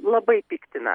labai piktina